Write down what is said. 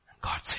God